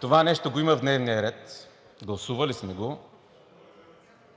Това нещо го има в дневния ред, гласували сме го.